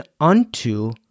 unto